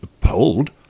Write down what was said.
pulled